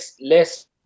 less